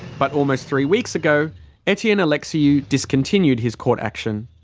but almost three weeks ago etienne alexiou discontinued his court action.